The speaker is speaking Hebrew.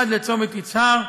עד לצומת יצהר,